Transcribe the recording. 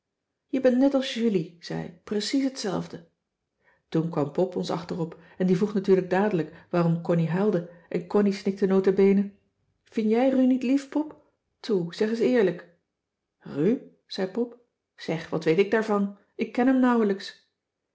je bent net als julie zei ik precies hetzelfde toen kwam pop ons achterop en die vroeg natuurlijk dadelijk waarom connie huilde en connie snikte notabene vin jij ru niet lief pop toe zeg es eerlijk ru zei pop zeg wat weet ik daarvan ik ken hem nauwelijks